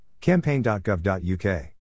campaign.gov.uk